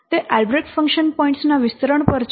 તે Albrecht function point ના વિસ્તરણ પર છે